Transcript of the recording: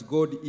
God